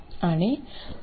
आणि 7